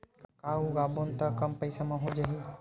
का उगाबोन त कम पईसा म हो जाही?